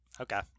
Okay